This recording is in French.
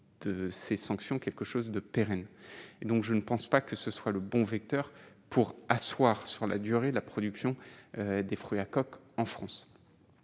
de ces sanctions, quelque chose de pérenne et donc je ne pense pas que ce soit le bon vecteur pour asseoir sur la durée de la production des fruits à coque en France,